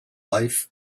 life